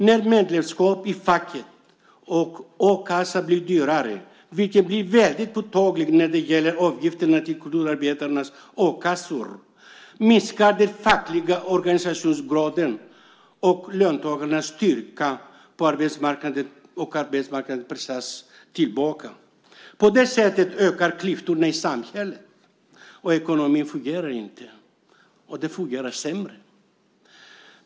När medlemskap i fack och a-kassa blir dyrare, vilket det väldigt påtagligt blir när det gäller avgifterna till kulturarbetarnas a-kassor, minskar den fackliga organisationsgraden och löntagarnas styrka på arbetsmarknaden pressas tillbaka. På det sättet ökar klyftorna i samhället, och ekonomin fungerar sämre.